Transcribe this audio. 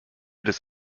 des